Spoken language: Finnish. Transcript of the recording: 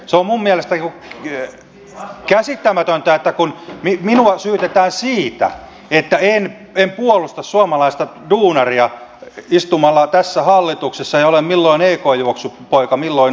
se on minun mielestäni käsittämätöntä että minua syytetään siitä että en puolusta suomalaista duunaria istumalla tässä hallituksessa ja olen milloin ekn juoksupoika milloin astrid thors